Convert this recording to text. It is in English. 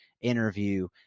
interview